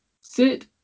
Sit